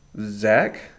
Zach